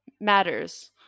matters